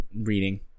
Reading